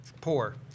poor